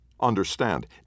Understand